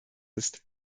ist